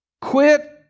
Quit